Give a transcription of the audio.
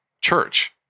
church